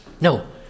No